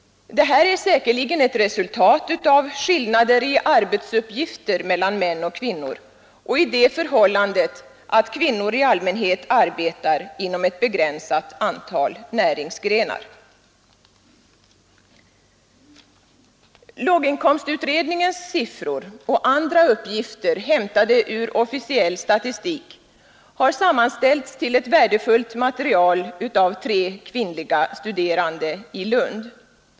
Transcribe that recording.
Det här är säkerligen ett resultat av skillnader i arbetsuppgifter mellan män och kvinnor och av det förhållandet att kvinnor i allmänhet arbetar inom ett begränsat antal näringsgrenar. Låginkomstutredningens siffror och andra uppgifter hämtade ur officiell statistik har sammanställts till ett värdefullt material av tre kvinnliga studerande i Lund.